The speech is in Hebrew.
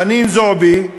חנין זועבי,